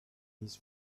his